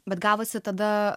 bet gavosi tada